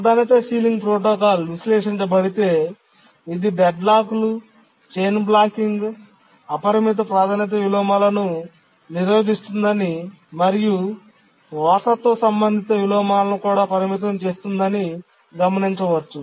ప్రాధాన్యత ceiling protocol విశ్లేషించబడితే ఇది డెడ్లాక్లు చైన్ బ్లాకింగ్ అపరిమిత ప్రాధాన్యత విలోమాలను నిరోధిస్తుందని మరియు వారసత్వ సంబంధిత విలోమాలను కూడా పరిమితం చేస్తుందని గమనించవచ్చు